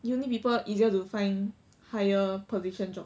uni people easier to find higher position job